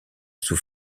sous